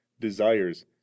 desires